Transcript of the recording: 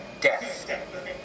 death